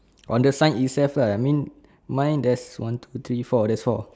on the sign itself lah I mean mine there's one two three four there's four